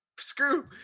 Screw